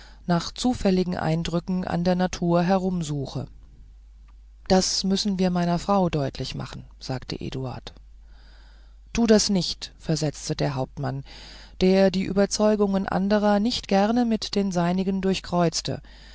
nach zufälligen eindrücken an der natur herumversuche das müssen wir meiner frau deutlich machen sagte eduard tue das nicht versetzte der hauptmann der die überzeugungen anderer nicht gern mit den seinigen